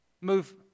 move